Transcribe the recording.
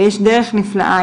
יש דרך נפלאה,